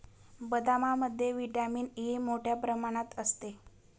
बदामामध्ये vitamin E मोठ्ठ्या प्रमाणात असते